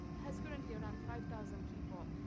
has currently around five thousand people,